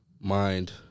Mind